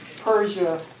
Persia